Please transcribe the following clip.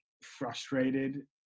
frustrated